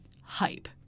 hype